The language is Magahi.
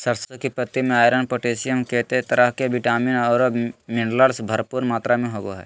सरसों की पत्ति में आयरन, पोटेशियम, केते तरह के विटामिन औरो मिनरल्स भरपूर मात्रा में होबो हइ